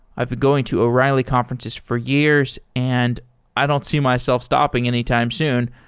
i've been going to o'reilly conferences for years and i don't see myself stopping anytime soon,